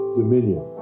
dominion